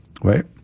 right